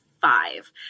five